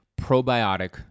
probiotic